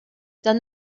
done